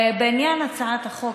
בעניין הצעת החוק,